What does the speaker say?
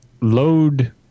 load